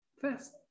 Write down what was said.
first